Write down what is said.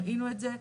ראינו את זה,